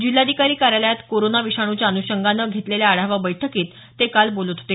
जिल्हाधिकारी कार्यालयात कोरोना विषाण्च्या अन्षंगानं घेतलेल्या आढावा बैठकीत ते काल बोलत होते